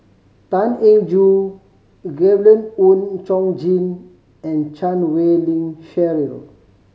Tan Eng Joo Gabriel Oon Chong Jin and Chan Wei Ling Cheryl